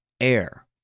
air